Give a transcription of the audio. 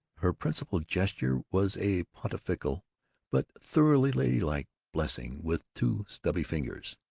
her principal gesture was a pontifical but thoroughly ladylike blessing with two stubby fingers.